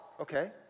okay